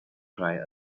cry